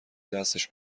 دستش